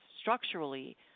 structurally